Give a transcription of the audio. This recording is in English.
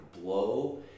blow